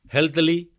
Healthily